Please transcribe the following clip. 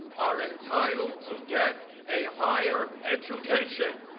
are entitled to get a higher education.